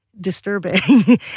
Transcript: disturbing